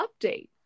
update